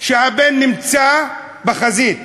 שהבן נמצא בחזית.